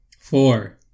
Four